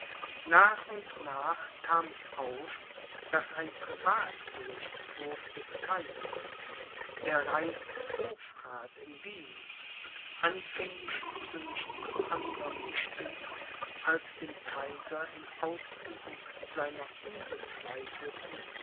nach und nach kam es auf daß ein privatgerichtshof des kaisers der reichshofrath in wien anfänglich zu nichts anderm bestimmt als dem kaiser in ausübung seiner